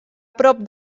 prop